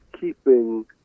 keeping